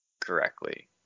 correctly